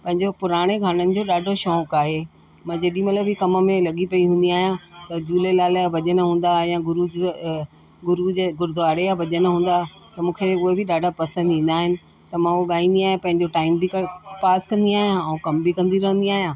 पंहिंजे पुराणे गानन जो ॾाढो शौंक़ु आहे मां जेॾी महिल बि कम में लॻी पई हूंदी आहियां त झूलेलाल जा भजन हूंदा या गुरू ज गुरू जा गुरूद्वारे जा भजन हूंदा मूंखे हूअ बि ॾाढा पसंदि ईंदा आहिनि त मां हो ॻाईंदी आहियां पंहिंजो टाइम बि क पास कंदी आहियां ऐं कम बि कंदी रहंदी आहिंयां